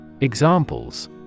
Examples